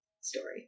story